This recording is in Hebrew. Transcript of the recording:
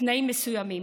בתנאים מסוימים,